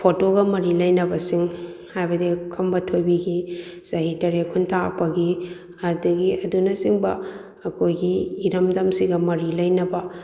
ꯐꯣꯇꯣꯒ ꯃꯔꯤ ꯂꯩꯅꯕꯁꯤꯡ ꯍꯥꯏꯕꯗꯤ ꯈꯝꯕ ꯊꯣꯏꯕꯤꯒꯤ ꯆꯍꯤ ꯇꯔꯦꯠ ꯈꯨꯟꯇꯥꯛꯄꯒꯤ ꯑꯗꯒꯤ ꯑꯗꯨꯅ ꯆꯤꯡꯕ ꯑꯩꯈꯣꯏꯒꯤ ꯏꯔꯝꯗꯝꯁꯤꯒ ꯃꯔꯤ ꯂꯩꯅꯕ